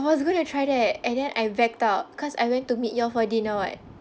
I was going to try that and then I backed out cause I went to meet you all for dinner [what]